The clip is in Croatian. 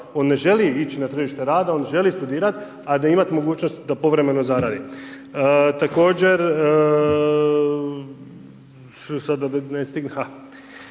On ne želi ići na tržište rada, on želi studirati, a imati mogućnost da povremeno zaradi. Također, sada ne stignem,